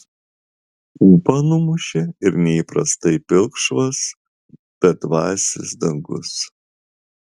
ūpą numušė ir neįprastai pilkšvas bedvasis dangus